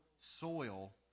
soil